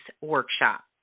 workshop